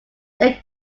their